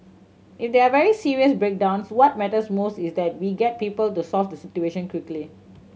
if there are very serious breakdowns what matters most is that we get people to solve the situation quickly